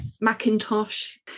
Macintosh